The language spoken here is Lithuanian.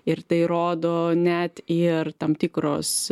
ir tai rodo net ir tam tikros